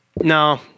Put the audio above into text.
No